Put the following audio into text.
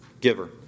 giver